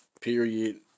period